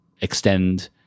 extend